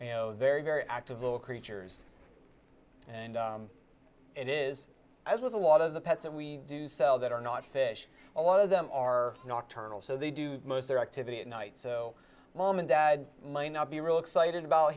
interested very very active little creatures and it is as with a lot of the pets and we do sell that are not fish a lot of them are nocturnal so they do most their activity at night so mom and dad may not be real excited about